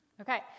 Okay